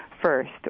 first